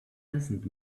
doesn’t